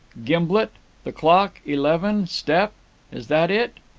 gimblet the clock eleven step is that it?